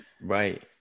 Right